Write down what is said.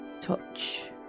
touch